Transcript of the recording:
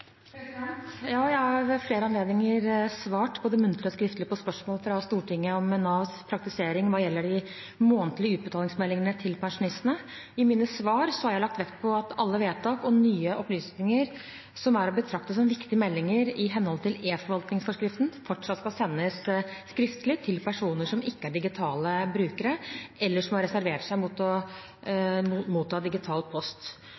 Ja, jeg har ved flere anledninger svart både muntlig og skriftlig på spørsmål fra Stortinget om Navs praksis hva gjelder de månedlige utbetalingsmeldingene til pensjonistene. I mine svar har jeg lagt vekt på at alle vedtak og nye opplysninger som er å betrakte som viktige meldinger i henhold til eForvaltningsforskriften, fortsatt skal sendes skriftlig til personer som ikke er digitale brukere, eller som har reservert seg mot å motta digital post.